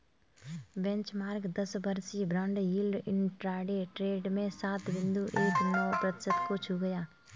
benchmark दस वर्षीय bond yield intraday trade में सात बिंदु एक नौ प्रतिशत को छू गया